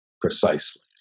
precisely